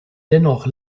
dennoch